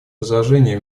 возражения